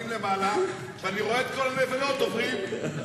למעלה ואני רואה את כל הנבלות עוברים.